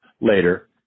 later